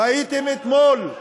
ראיתם אתמול,